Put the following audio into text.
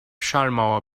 schallmauer